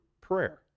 prayer